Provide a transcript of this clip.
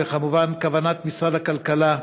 וכמובן משרד הכלכלה,